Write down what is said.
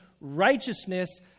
righteousness